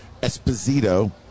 Esposito